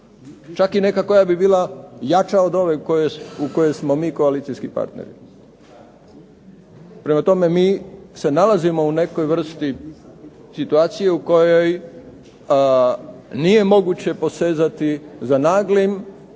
Čak i neka koja bi bila jača od ove u kojoj smo mi koalicijski partneri. Prema tome mi se nalazimo u nekakvoj vrsti situacije u kojoj nije moguće posezati za naglim,